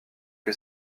que